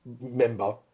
member